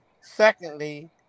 secondly